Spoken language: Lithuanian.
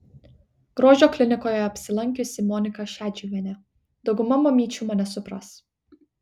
grožio klinikoje apsilankiusi monika šedžiuvienė dauguma mamyčių mane supras